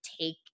take